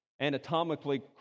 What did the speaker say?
anatomically